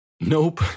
Nope